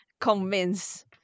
convince